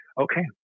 Okay